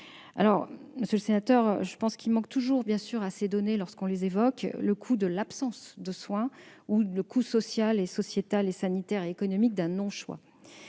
Monsieur le sénateur, je pense qu'il manque toujours à ces données, lorsqu'on les évoque, le coût de l'absence de soins, le coût social, sanitaire et économique d'un non-choix.